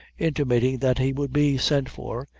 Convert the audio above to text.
intimating that he would be sent for,